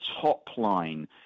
top-line